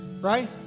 Right